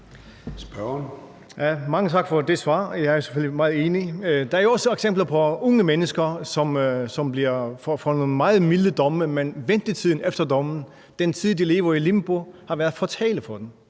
Mange tak for det svar. Jeg er selvfølgelig meget enig. Der er jo også eksempler på unge mennesker, som får nogle meget milde domme, men hvor ventetiden efter dommen, den tid, de lever i et limbo, har været fatal for dem